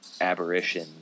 aberration